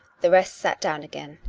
the rest sat down again.